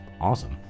awesome